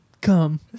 come